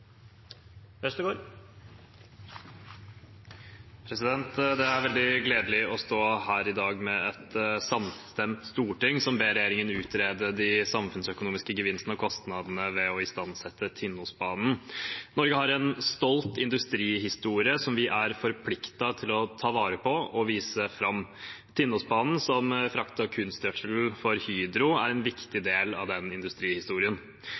Det er veldig gledelig å stå her i dag med et samstemt storting som ber regjeringen utrede de samfunnsøkonomiske gevinstene og kostnadene ved å istandsette Tinnosbanen. Norge har en stolt industrihistorie som vi er forpliktet til å ta vare på og vise fram. Tinnosbanen, som fraktet kunstgjødsel for Hydro, er en viktig del av den industrihistorien.